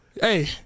Hey